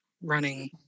running